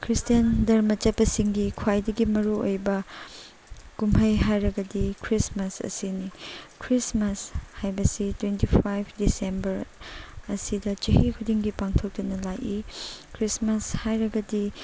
Christian ꯙꯔꯃ ꯆꯠꯄꯁꯤꯡꯒꯤ ꯈ꯭ꯋꯥꯏꯗꯒꯤ ꯃꯔꯨꯑꯣꯏꯕ ꯀꯨꯝꯍꯩ ꯍꯥꯏꯔꯒꯗꯤ ꯈ꯭ꯔꯤꯁꯃꯥꯁ ꯑꯁꯤꯅꯤ ꯈ꯭ꯔꯤꯁꯃꯥꯁ ꯍꯥꯏꯕꯁꯤ ꯇ꯭ꯋꯦꯟꯇꯤ ꯐꯥꯏꯚ ꯗꯤꯁꯦꯝꯕꯔ ꯑꯁꯤꯗ ꯆꯍꯤ ꯈꯨꯗꯤꯡꯒꯤ ꯄꯥꯡꯊꯣꯛꯇꯨꯅ ꯂꯥꯛꯏ ꯈ꯭ꯔꯤꯁꯃꯥꯁ ꯍꯥꯏꯔꯒꯗꯤ